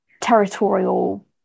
territorial